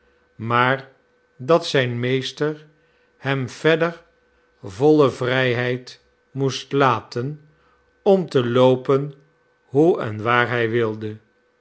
maar dat zijn meester hem verder voile vrijheid moest laten om te loopen hoe en waar hij wilde